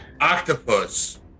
octopus